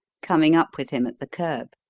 coming up with him at the kerb.